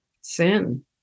sin